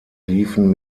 liefen